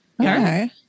Okay